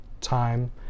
time